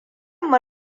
mu